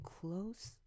close